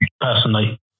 personally